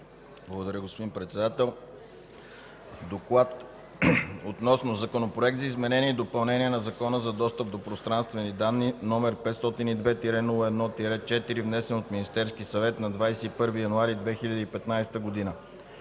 Благодаря, господин Председател. „ДОКЛАД относно Законопроект за изменение и допълнение на Закона за достъп до пространствени данни, № 502-01-4, внесен от Министерския съвет на 21 януари 2015 г.